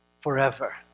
forever